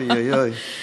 אוי אוי אוי.